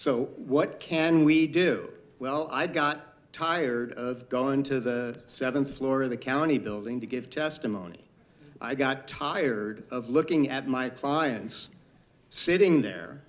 so what can we do well i got tired of going to the seventh floor of the county building to give testimony i got tired of looking at my clients sitting there